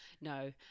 No